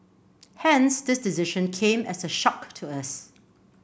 hence this decision came as a shock to us